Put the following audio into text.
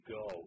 go